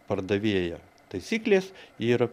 pardavėją taisyklės yra